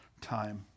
time